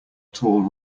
tall